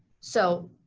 so,